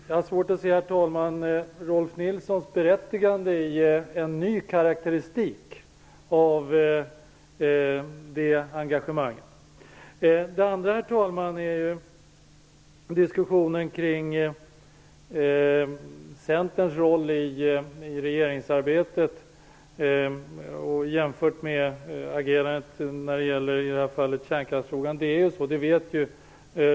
Herr talman! Jag har svårt att se att Rolf Nilsons nya karakteristik av det engagemanget är berättigad. En annan fråga är Centerns roll i regeringsarbetet jämfört med vårt agerande i kärnkraftsfrågan, som det gäller här.